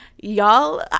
y'all